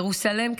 ירוסלם כחזון.